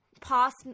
past